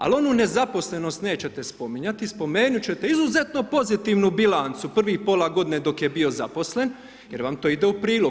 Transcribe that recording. Ali, onu nezaposlenost nećete spominjati, spomenuti ćete izuzetno pozitivnu bilancu, prvih pola g. dok je bio zaposlen, jer vam to ide u prilog.